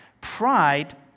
Pride